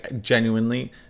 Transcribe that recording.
genuinely